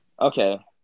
Okay